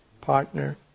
partner